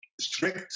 strict